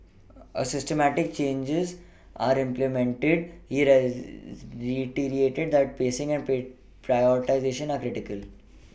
as systemic changes are implemented he reiterated that pacing and prioritisation are critical